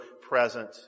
present